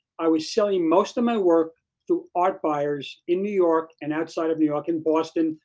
i was selling most of my work through art buyers in new york and outside of new york in boston,